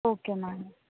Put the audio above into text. okay madam